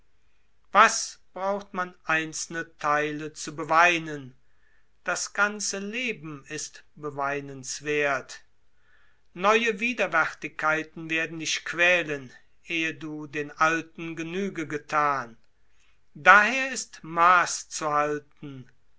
was braucht man einzelne theile zu beweinen das ganze leben ist beweinenswerth neue widerwärtigkeiten werden dich quälen ehe du den alten genüge gethan daher ist maß zu halten